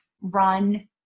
run